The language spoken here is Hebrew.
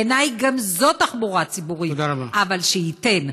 בעיניי גם זו תחבורה ציבורית, אבל שייתן.